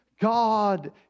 God